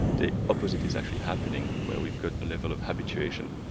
the opposite is actually happening where we've got a level of habituation.